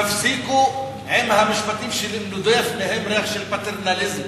תפסיקו עם המשפטים שנודף מהם ריח של פטרנליזם.